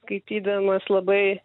skaitydamas labai